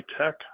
tech